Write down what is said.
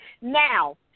Now